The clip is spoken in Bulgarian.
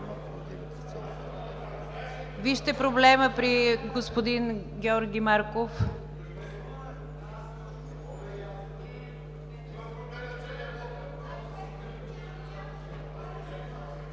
Вижте проблема при господин Георги Марков.